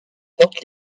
portent